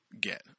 get